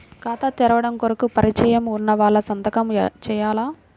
ఖాతా తెరవడం కొరకు పరిచయము వున్నవాళ్లు సంతకము చేయాలా?